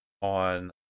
on